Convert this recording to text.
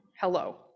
Hello